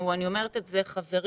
אני אומרת את זה כדי